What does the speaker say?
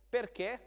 Perché